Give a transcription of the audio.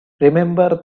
remember